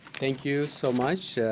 thank you so much, yeah